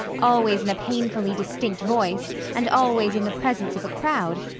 always in a painfully distinct voice and always in the presence of a crowd,